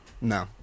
no